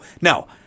Now